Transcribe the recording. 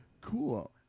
cool